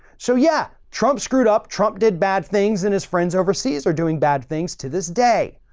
so yeah, trump screwed up. trump did bad things and his friends overseas are doing bad things to this day.